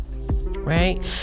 right